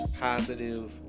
Positive